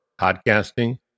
podcasting